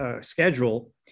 schedule